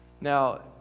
now